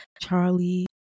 Charlie